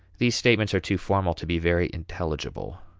these statements are too formal to be very intelligible.